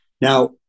now